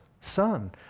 son